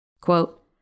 Quote